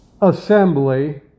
assembly